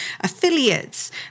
affiliates